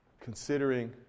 considering